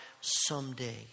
someday